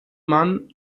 mann